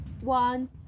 one